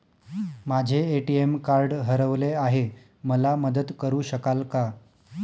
माझे ATM card हरवले आहे, मला मदत करु शकाल का?